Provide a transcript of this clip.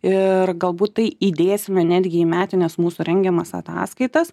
ir galbūt tai įdėsime netgi į metines mūsų rengiamas ataskaitas